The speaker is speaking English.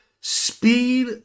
speed